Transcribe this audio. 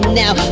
now